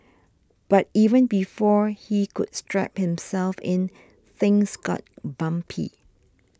but even before he could strap himself in things got bumpy